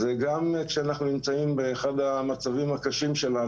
מה שהיא אמורה לתת לנו זה גם כשאנחנו נמצאים באחד המצבים הקשים שלנו,